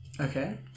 Okay